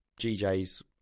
gjs